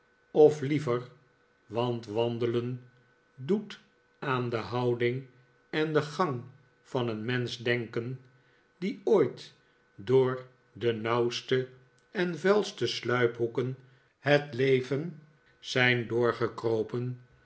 of liever want wandelen doet aan de houding en den gang van een mensch denken die ooit door de nauwste en vuilste sluiphoeken het leven zijn